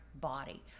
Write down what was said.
body